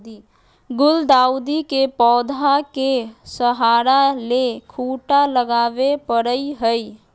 गुलदाऊदी के पौधा के सहारा ले खूंटा लगावे परई हई